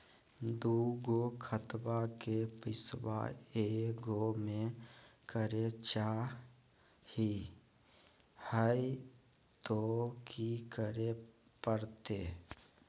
दू गो खतवा के पैसवा ए गो मे करे चाही हय तो कि करे परते?